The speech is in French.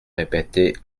répétait